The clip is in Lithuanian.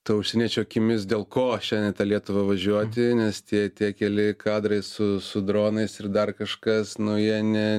to užsieniečio akimis dėl ko šiandien į tą lietuvą važiuoti nes tie tie keli kadrai su su dronais ir dar kažkas nu jie ne